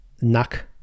knock